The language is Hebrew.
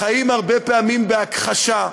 חיים הרבה פעמים בהכחשה.